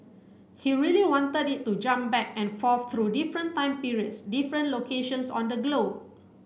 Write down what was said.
he really wanted it to jump back and forth through different time periods different locations on the globe